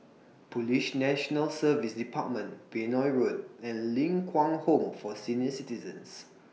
Police National Service department Benoi Road and Ling Kwang Home For Senior Citizens